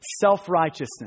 self-righteousness